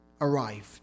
arrived